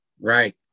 Right